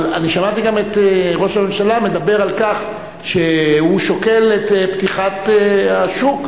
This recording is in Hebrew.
אבל שמעתי גם את ראש הממשלה מדבר על כך שהוא שוקל את פתיחת השוק.